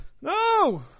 No